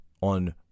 on